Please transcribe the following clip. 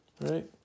Right